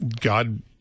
god